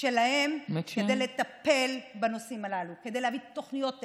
שלהם ולטפל בנושאים הללו כדי להביא תוכניות אקסטרה.